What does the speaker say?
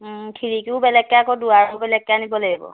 খিৰিকিও বেলেগে আকৌ দুৱাৰো বেলেগকে আনিব লাগিব